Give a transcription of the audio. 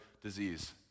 disease